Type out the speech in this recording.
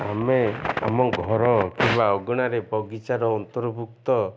ଆମେ ଆମ ଘର କିମ୍ବା ଅଗଣାରେ ବଗିଚାର ଅନ୍ତର୍ଭୁକ୍ତ